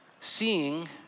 seeing